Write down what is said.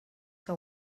que